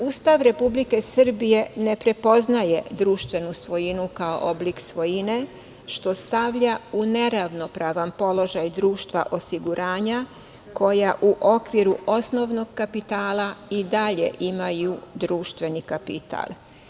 Ustav Republike Srbije ne prepoznaje društvenu svojinu kao oblik svojine što stavlja u neravnopravan položaj društva osiguranja koja u okviru osnovnog kapitala i dalje imaju društveni kapital.